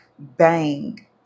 bang